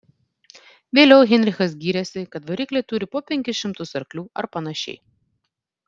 vėliau heinrichas gyrėsi kad varikliai turi po penkis šimtus arklių ar panašiai